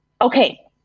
Okay